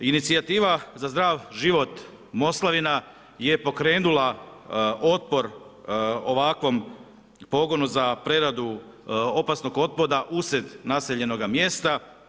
Inicijativa za zdrav život Moslavina je pokrenula otpor ovakvom pogonu za preradu opasnog otpada usred nasljednoga mjesta.